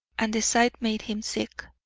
and the sight made him sick,